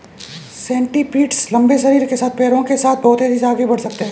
centipedes लंबे शरीर के साथ पैरों के साथ बहुत तेज़ी से आगे बढ़ सकते हैं